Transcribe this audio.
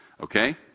Okay